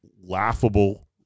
laughable